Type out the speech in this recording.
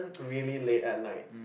really late at night